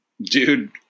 dude